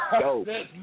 Yo